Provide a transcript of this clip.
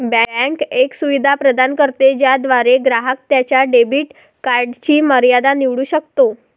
bank एक सुविधा प्रदान करते ज्याद्वारे ग्राहक त्याच्या डेबिट कार्डची मर्यादा निवडू शकतो